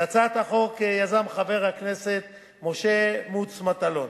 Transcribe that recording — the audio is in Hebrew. את הצעת החוק יזם חבר הכנסת משה מוץ מטלון,